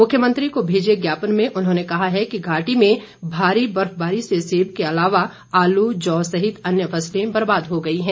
मुख्यमंत्री को भेजे ज्ञापन में उन्होंने कहा है कि घाटी में भारी बर्फबारी से सेब के अलावा आलू जौ सहित अन्य फसलें बर्बाद हो गई हैं